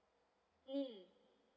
mm